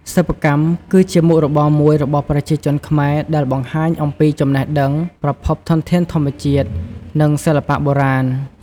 សិប្បកម្ម គឺជាមុខរបរមួយរបស់ប្រជាជនខ្មែរដែលបង្ហាញអំពីចំណេះដឹង ប្រភពធនធានធម្មជាតិ និងសិល្បៈបុរាណ។